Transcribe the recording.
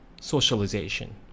socialization